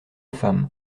femmes